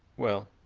well,